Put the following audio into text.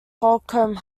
holcombe